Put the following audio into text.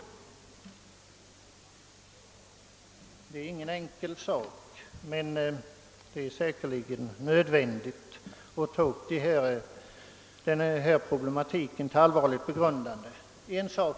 Det är inte lätt att lösa det problemet, men det är nödvändigt att ta upp det till allvarlig prövning.